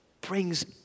brings